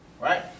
Right